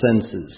senses